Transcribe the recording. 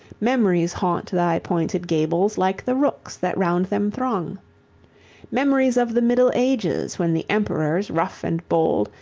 memories haunt thy pointed gables like the rooks that round them throng memories of the middle ages, when the emperors, rough and bold,